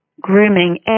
grooming